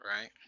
Right